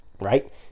right